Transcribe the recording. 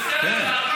בסדר.